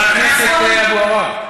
חבר הכנסת אבו עראר.